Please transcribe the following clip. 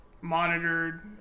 monitored